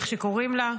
איך שקוראים לה.